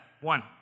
one